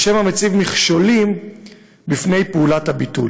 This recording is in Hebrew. או שמא הוא מציב מכשולים בפני פעולת הביטול.